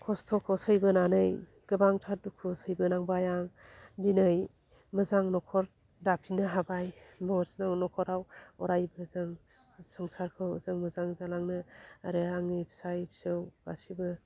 खस्थखौ सैबोनानै गोबांथार दुखु सैबोनांबाय आं दिनै मोजां नखर दाफिननो हाबाय बसनो नखराव अरायबो जों संसारखौ जों मोजां जालांनो आरो आंनि फिसाय फिसौ गासिबो